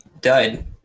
died